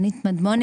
(היו"ר משה גפני,